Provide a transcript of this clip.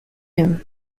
him